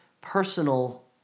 personal